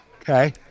Okay